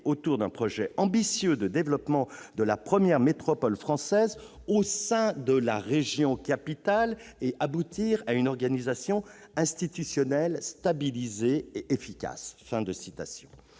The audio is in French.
autour d'un projet ambitieux de développement de la première métropole française, au sein de la région capitale, et aboutir à une organisation institutionnelle stabilisée et efficace ».